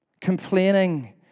Complaining